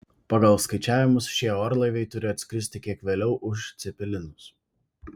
pagal skaičiavimus šie orlaiviai turi atskristi kiek vėliau už cepelinus